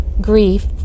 grief